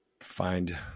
find